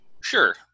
sure